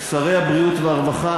שרי הבריאות והרווחה,